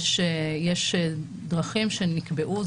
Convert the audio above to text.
יש דרכים שנקבעו,